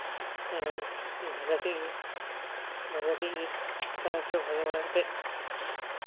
ᱵᱷᱟᱡᱟ ᱠᱮᱫ ᱜᱮ ᱵᱷᱟᱡᱟ ᱠᱮᱫ ᱜᱮ ᱛᱟᱨᱯᱚᱨᱮ ᱵᱷᱟᱡᱟ ᱵᱟᱲᱟ ᱠᱟᱛᱮᱫ